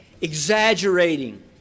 exaggerating